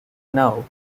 now